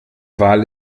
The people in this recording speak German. wal